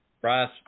Bryce